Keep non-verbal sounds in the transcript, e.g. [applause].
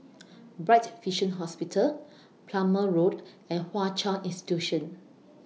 [noise] Bright Vision Hospital Plumer Road and Hwa Chong Institution